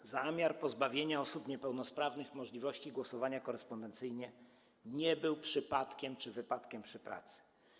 Po drugie, zamiar pozbawienia osób niepełnosprawnych możliwości głosowania korespondencyjnie nie był przypadkiem czy wypadkiem przy pracy.